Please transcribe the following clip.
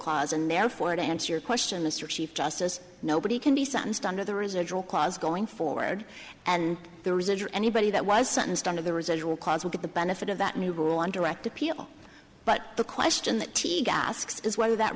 and therefore to answer your question mr chief justice nobody can be sentenced under the residual clause going forward and the residual anybody that was sentenced under the residual cause will get the benefit of that new rule on direct appeal but the question that teague asks is whether that